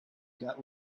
got